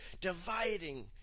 dividing